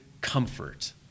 comfort